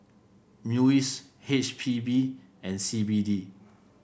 MUIS H P B and C B D